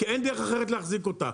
כי אין דרך אחרת להחזיק אותה,